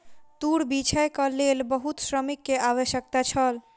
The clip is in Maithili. तूर बीछैक लेल बहुत श्रमिक के आवश्यकता छल